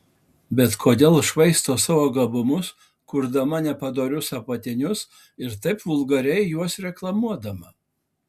bet kodėl švaisto savo gabumus kurdama nepadorius apatinius ir taip vulgariai juos reklamuodama